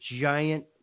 giant